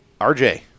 rj